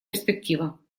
перспектива